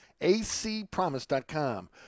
acpromise.com